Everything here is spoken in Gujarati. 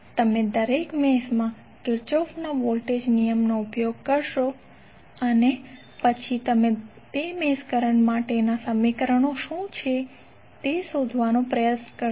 તમે દરેક મેશમાં કિર્ચોફના વોલ્ટેજ નિયમનો ઉપયોગ કરશો અને તે પછી તમે તે મેશ કરંટ માટેના સમીકરણો શું હશે તે શોધવાનો પ્રયાસ કરશે